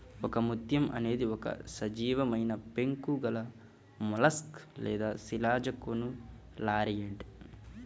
ఒకముత్యం అనేది ఒక సజీవమైనపెంకు గలమొలస్క్ లేదా శిలాజకోనులారియిడ్